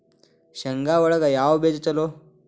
ಶೇಂಗಾ ಒಳಗ ಯಾವ ಬೇಜ ಛಲೋ?